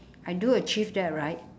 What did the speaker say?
I do achieve that right